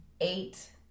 eight